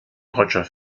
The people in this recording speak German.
roger